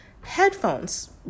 headphones